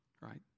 right